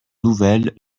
nouvelles